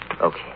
Okay